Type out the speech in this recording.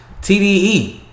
TDE